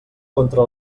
contra